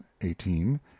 eighteen